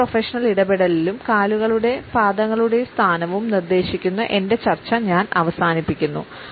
ഏതൊരു പ്രൊഫഷണൽ ഇടപെടലിലും കാലുകളുടെ പാദങ്ങളുടെ സ്ഥാനവും നിർദ്ദേശിക്കുന്ന എന്റെ ചർച്ച ഞാൻ അവസാനിപ്പിക്കുന്നു